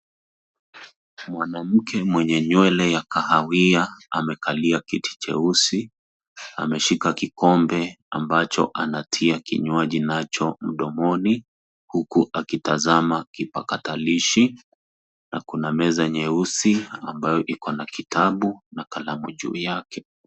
Mwanamkwe mwenye nywele ya kahawia amekalia kiti cheusi ameshika kikombe ambacho anatia kinywaji nacho mdomoni huku akitazama kipakatalishi na kuna meza nyeusi ambayo ikona kitabu na kalamu juu yake.